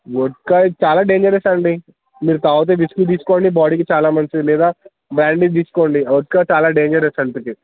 vodka ఇది చాలా dangerous అండి మీరు త్రాగితే విస్కీ తీసుకోండి బాడీకి చాలా మంచిది లేదా బ్రాండీ తీసుకోండి వోడ్కా చాలా డేంజరస్ హెల్త్కి